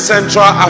Central